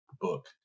book